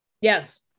Yes